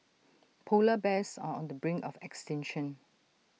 Polar Bears are on the brink of extinction